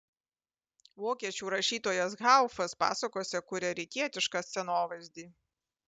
vokiečių rašytojas haufas pasakose kuria rytietišką scenovaizdį